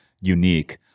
unique